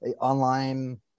online